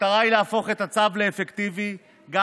המטרה היא להפוך את הצו לאפקטיבי גם